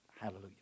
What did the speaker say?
Hallelujah